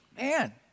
man